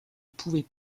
pouvait